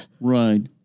right